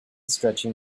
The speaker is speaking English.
stretching